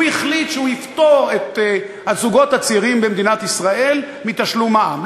הוא החליט שהוא יפטור את הזוגות הצעירים במדינת ישראל מתשלום מע"מ.